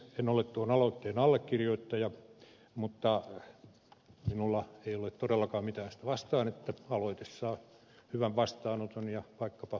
en ole tuon aloitteen allekirjoittaja mutta minulla ei ole todellakaan mitään sitä vastaan että aloite saa hyvän vastaanoton ja vaikkapa tulee toteutumaan